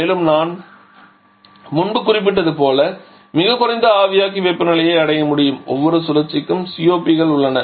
மேலும் நான் முன்பு குறிப்பிட்டது போல மிகக் குறைந்த ஆவியாக்கி வெப்பநிலையை அடைய முடியும் ஒவ்வொரு சுழற்சிக்கும் அவற்றின் COP கள் உள்ளன